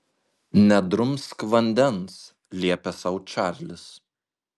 nedrumsk vandens liepė sau čarlis